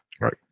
Right